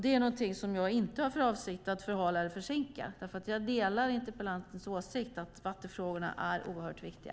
Det är någonting som jag inte har för avsikt att förhala eller försinka därför att jag delar interpellantens åsikt att vattenfrågorna är oerhört viktiga.